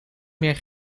meer